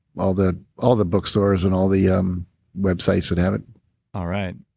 all the all the book stores and all the um websites that have it all right,